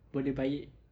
boleh baik